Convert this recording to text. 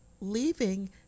leaving